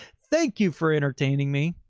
thank you for entertaining me.